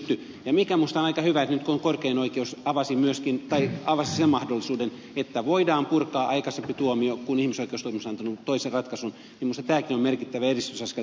ja mikä minusta on aika hyvä että nyt korkein oikeus avasi sen mahdollisuuden että voidaan purkaa aikaisempi tuomio kun ihmisoikeustuomioistuin on antanut toisen ratkaisun niin minusta tämäkin on merkittävä edistysaskel